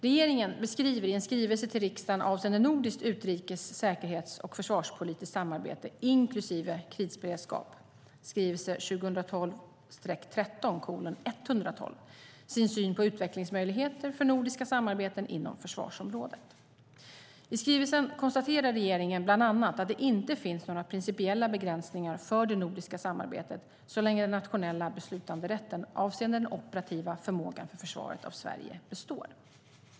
Regeringen beskriver i en skrivelse till riksdagen avseende nordiskt utrikes-, säkerhets och försvarspolitiskt samarbete inklusive krisberedskap sin syn på utvecklingsmöjligheter för nordiska samarbeten inom försvarsområdet. I skrivelsen konstaterar regeringen bland annat att det inte finns några principiella begränsningar för det nordiska samarbetet så länge den nationella beslutanderätten avseende den operativa förmågan för försvaret av Sverige består.